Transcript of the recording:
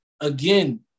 again